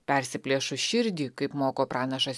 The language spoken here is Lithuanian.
persiplėšus širdį kaip moko pranašas